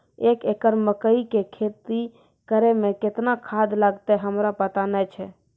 एक एकरऽ मकई के खेती करै मे केतना खाद लागतै हमरा पता नैय छै?